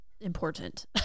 important